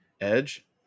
Edge